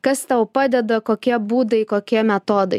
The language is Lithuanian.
kas tau padeda kokie būdai kokie metodai